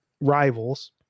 rivals